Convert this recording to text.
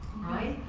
right?